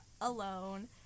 alone